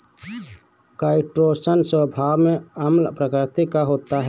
chitosan स्वभाव में अम्ल प्रकृति का होता है